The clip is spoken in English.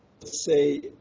say